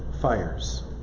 fires